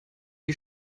die